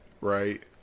right